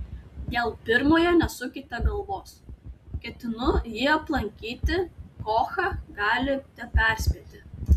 dėl pirmojo nesukite galvos ketinu jį aplankyti kochą galite perspėti